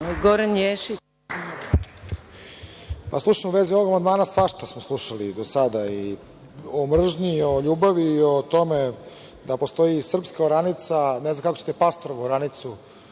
Goran Ješić. **Goran Ješić** U vezi ovog amandmana svašta smo slušali do sada, i o mržnji i o ljubavi, i o tome da postoji srpska oranica, ne znam kako ćete Pastorovu oranicu